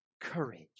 courage